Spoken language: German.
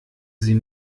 sie